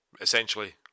essentially